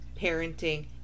parenting